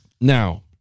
now